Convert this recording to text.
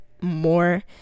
more